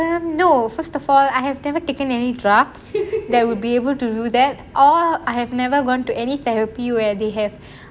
um no first of all I have never taken any drugs that would be able to do that or I have never gone to any therapy where they have